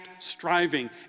striving